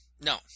No